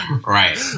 Right